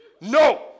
No